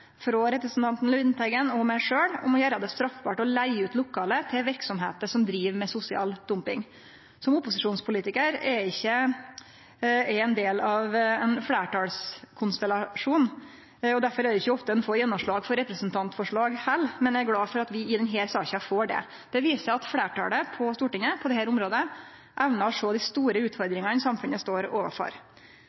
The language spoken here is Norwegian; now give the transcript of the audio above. frå representanten Lundteigen og meg sjølv om å gjere det straffbart å leige ut lokale til verksemder som driv med sosial dumping. Som opposisjonspolitikar er ikkje eg ein del av ein fleirtalskonstellasjon. Derfor er det ikkje ofte ein får gjennomslag for representantforslag heller, men eg er glad for at vi i denne saka får det. Det viser at fleirtalet på Stortinget på dette området evnar å sjå dei store utfordringane samfunnet står overfor.